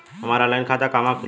हमार ऑनलाइन खाता कहवा खुली?